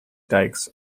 dikes